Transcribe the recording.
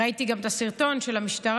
ראיתי גם הסרטון של המשטרה,